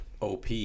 OP